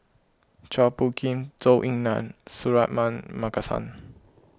Chua Phung Kim Zhou Ying Nan Suratman Markasan